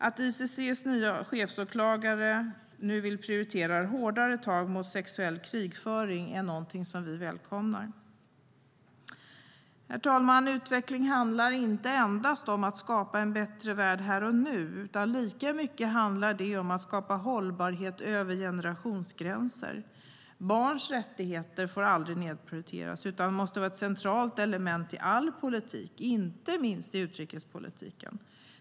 Att ICC:s nye chefsåklagare nu vill prioritera hårdare tag mot sexuell krigföring är något som vi välkomnar. Herr talman! Utveckling handlar inte endast om att skapa en bättre värld här och nu. Lika mycket handlar det om att skapa hållbarhet över generationsgränser. Barns rättigheter får aldrig nedprioriteras utan måste vara ett centralt element i all politik, inte minst i utrikespolitiken.